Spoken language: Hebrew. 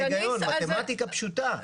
מתמטיקה פשוטה.